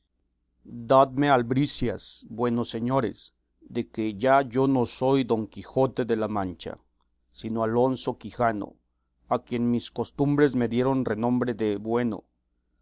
buenos señores de que ya yo no soy don quijote de la mancha sino alonso quijano a quien mis costumbres me dieron renombre de bueno